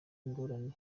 ingorane